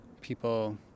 people